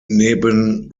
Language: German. neben